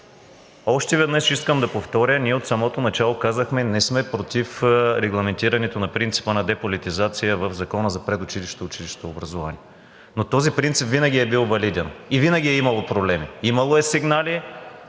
Още веднъж искам да повторя, че ние от самото начало казахме не сме против принципа на деполитизация в Закона за предучилищното и училищното образование. Но този принцип винаги е бил валиден и винаги е имало проблеми, имало е сигнали,